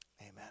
Amen